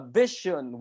vision